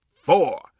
four